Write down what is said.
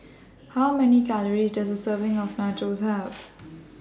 How Many Calories Does A Serving of Nachos Have